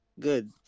good